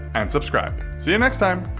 and subscribe. see you next time!